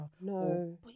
No